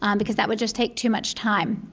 um because that would just take too much time.